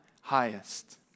highest